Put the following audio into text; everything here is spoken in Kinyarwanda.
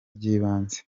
by’ibanze